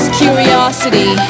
curiosity